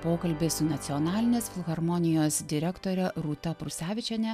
pokalbis su nacionalinės filharmonijos direktorė rūta prusevičienė